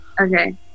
Okay